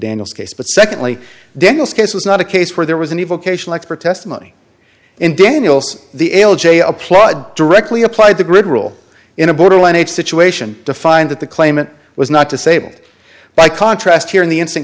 daniels case but secondly daniel's case was not a case where there was an evocation expert testimony in daniels the l j applied directly applied the grid rule in a borderline age situation to find that the claimant was not to say by contrast here in the instant